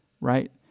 Right